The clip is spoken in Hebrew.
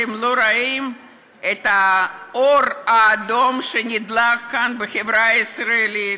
אתם לא רואים את האור האדום שנדלק כאן בחברה הישראלית?